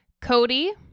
Cody